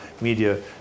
media